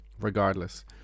regardless